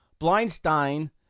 Blindstein